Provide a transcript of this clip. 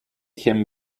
him